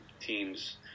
teams